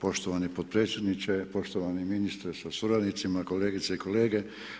Poštovani potpredsjedniče, poštovani ministre sa suradnicima, kolegice i kolege.